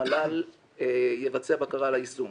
המל"ל יבצע בקרה על היישום.